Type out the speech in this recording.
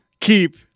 keep